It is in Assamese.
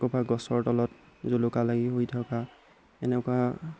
ক'ৰবাত গছৰ তলত জলকা লাগি শুই থকা এনেকুৱা